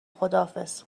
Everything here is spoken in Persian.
خداحافظ